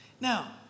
Now